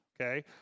okay